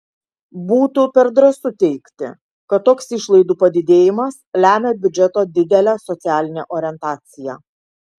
būtų per drąsu teigti kad toks išlaidų padidėjimas lemia biudžeto didelę socialinę orientaciją